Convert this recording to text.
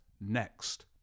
next